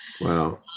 wow